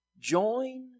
join